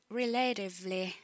relatively